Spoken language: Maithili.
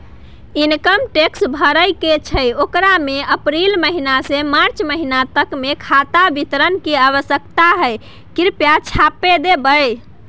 इनकम टैक्स भरय के छै ओकरा में अप्रैल महिना से मार्च महिना तक के खाता विवरण के आवश्यकता हय कृप्या छाय्प देबै?